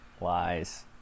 Lies